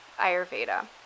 Ayurveda